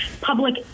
public